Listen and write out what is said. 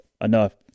enough